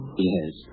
Yes